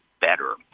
better